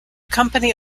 company